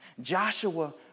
Joshua